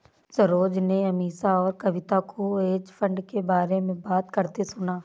सरोज ने अमीषा और कविता को हेज फंड के बारे में बात करते सुना